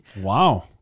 Wow